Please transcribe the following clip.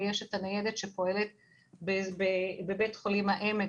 ויש את הניידת שפועלת בבית חולים העמק,